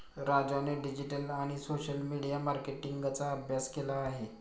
राजाने डिजिटल आणि social media मार्केटिंगचा अभ्यास केला आहे